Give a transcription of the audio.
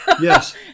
Yes